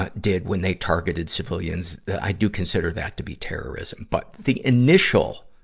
ah did when they targeted civilians, i do consider that to be terrorism. but, the initial,